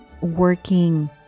working